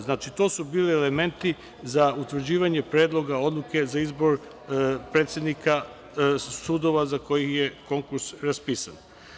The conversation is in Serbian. Znači, to su bili elementi za utvrđivanje predloga odluke za izbor predsednika sudova za koji je konkurs raspisan.